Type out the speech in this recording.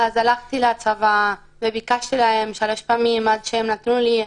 אז הלכתי לצבא וביקשתי שלוש פעמים עד שהם נתנו לי.